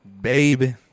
Baby